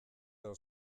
edo